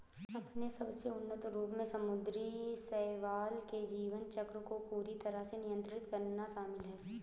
अपने सबसे उन्नत रूप में समुद्री शैवाल के जीवन चक्र को पूरी तरह से नियंत्रित करना शामिल है